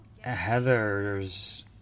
Heather's